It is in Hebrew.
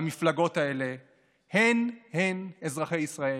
המפלגות האלה הן-הן, אזרחי ישראל,